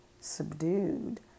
subdued